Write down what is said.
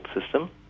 system